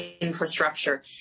infrastructure